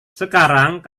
sekarang